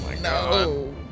No